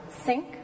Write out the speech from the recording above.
sink